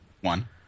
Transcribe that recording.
One